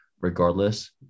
regardless